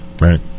Right